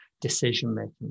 decision-making